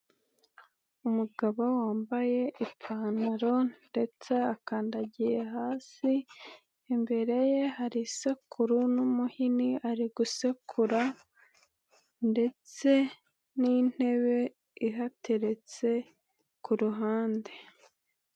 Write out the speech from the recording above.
Umugabo wambaye ipantaro ndetse akandagiye hasi, imbere ye hari isekuru n'umuhini ari gusekura ndetse n'intebe ihateretse ku ruhande.